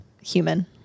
human